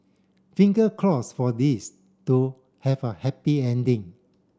finger cross for this to have a happy ending